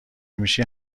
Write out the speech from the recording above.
میشی